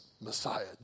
Messiah